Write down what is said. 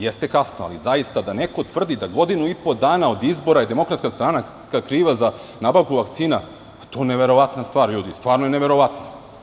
Jeste kasno, ali, zaista da neko tvrdi da godinu i po dana od izbora, da je DS kriva za nabavku vakcina to je neverovatna stvar ljudi, stvarno je neverovatno.